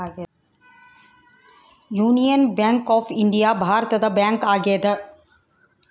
union bank of India ಭಾರತದ bank ಆಗ್ಯಾದ